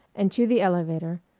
and to the elevator,